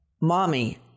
Mommy